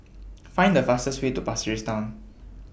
Find The fastest Way to Pasir Ris Town